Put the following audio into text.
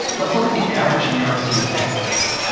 let's look at the average new york city taxi cab,